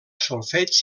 solfeig